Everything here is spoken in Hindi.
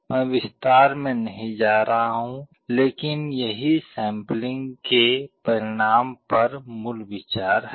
मैं विस्तार में नहीं जा रहा हूं लेकिन यही सैंपलिंग के परिणाम पर मूल विचार है